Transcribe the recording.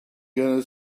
gonna